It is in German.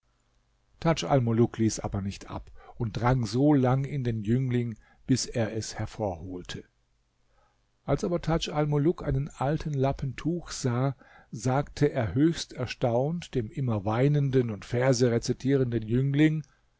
ließ aber nicht ab und drang so lang in den jüngling bis er es hervorholte als aber tadj almuluk einen alten lappen tuch sah sagte er höchst erstaunt dem immer weinenden und verse rezitierenden jüngling